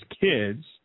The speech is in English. kids